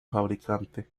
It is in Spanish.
fabricante